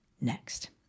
Next